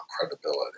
credibility